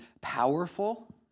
powerful